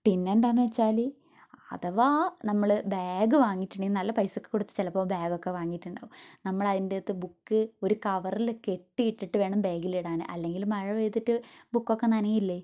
പിന്നെന്താണെന്ന് വെച്ചാൽ അഥവാ നമ്മൾ ബാഗ് വാങ്ങിയിട്ടുണ്ടെങ്കിൽ നല്ല പൈസ ഒക്കെ കൊടുത്ത് ചിലപ്പോൾ ബാഗൊക്കെ വാങ്ങിയിട്ടുണ്ടാവും നമ്മളതിന്റെയകത്ത് ബുക്ക് ഒരു കവറിൽ കെട്ടിയിട്ടിട്ട് വേണം ബാഗിൽ ഇടാൻ അല്ലെങ്കിൽ മഴ പെയ്തിട്ട് ബുക്കൊക്കെ നനയില്ലേ